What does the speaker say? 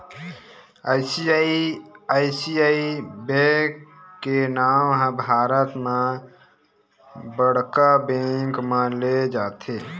ICICI bank के नांव ह भारत म बड़का बेंक म लेय जाथे